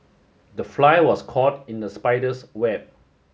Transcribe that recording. the fly was caught in the spider's web